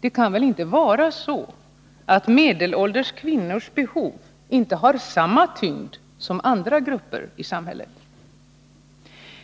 Det kan väl inte vara så att medelålders kvinnors behov inte har samma tyngd som andra gruppers behov?